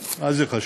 אז מה זה חשוב?